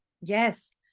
Yes